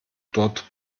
dort